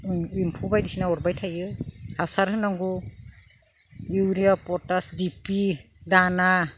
एम्फौ बायदि सिना अरबाय थायो हासार होनांगौ urea potash D A P दाना